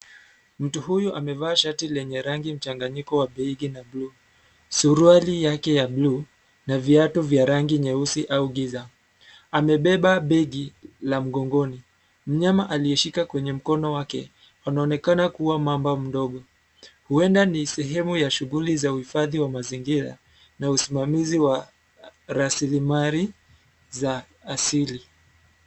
Mtu huyu amevaa shati lenye rangi mchanganyiko la begi na bluu suruari yake ya bluu na viatu vya rangi nyeusi au giza amebeba begi la mgongoni myama aliyeshika kwenye mkono wake anaonekana kuwa mamba mdogo. Huenda ni sehemu ya shughuli za huifadhi wa mazingira na usimamisizi wa rasilimali za asili.